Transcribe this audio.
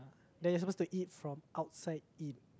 then you are supposed to eat from outside in